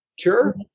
Sure